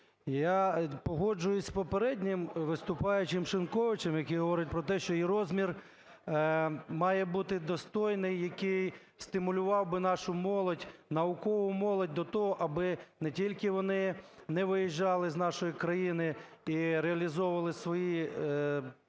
Я погоджуюсь з попереднім виступаючим Шиньковичем, який говорить про те, що і розмір має бути достойний, який стимулював би нашу молодь, наукову молодь до того, аби не тільки вони не виїжджали з нашої країни і реалізовували свої надбання,